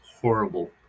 horrible